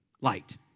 Light